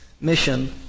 mission